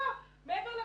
מעבר לכביש.